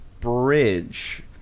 Bridge